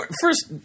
First